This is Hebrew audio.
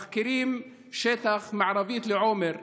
חוכרים שטח מערבית לעומר,